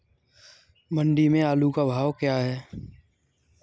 मंडी में आलू का भाव क्या है?